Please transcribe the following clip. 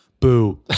Boo